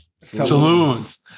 saloons